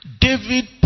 David